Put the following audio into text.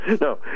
No